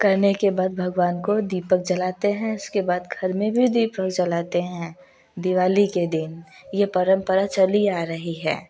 करने के बाद भगवान को दीपक जलाते हैं उसके बाद घर में भी दीपक जलाते हैं दिवाली के दिन ये परंपरा चली आ रही हैं